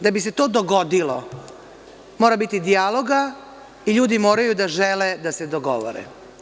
Da bi se to dogodilo, mora biti dijaloga i ljudi moraju da žele da se dogovore.